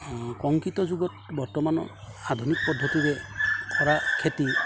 কংক্ৰীটৰ যুগত বৰ্তমানৰ আধুনিক পদ্ধতিৰে কৰা খেতি